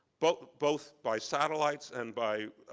but both by satellites and by